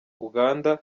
uganda